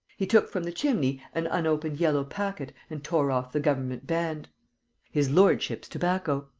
he took from the chimney an unopened yellow packet and tore off the government band his lordship's tobacco!